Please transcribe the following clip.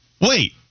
Wait